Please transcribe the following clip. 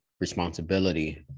responsibility